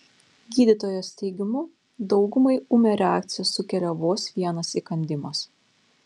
gydytojos teigimu daugumai ūmią reakciją sukelia vos vienas įkandimas